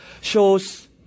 shows